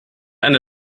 eine